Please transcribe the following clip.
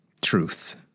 truth